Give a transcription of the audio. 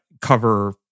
cover